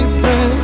breath